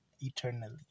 eternally